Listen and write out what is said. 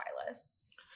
stylists